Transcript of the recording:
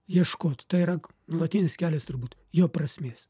ieškot tai yra nuolatinis kelias turbūt jo prasmės